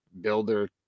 builder